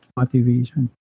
motivation